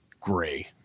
gray